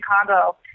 Chicago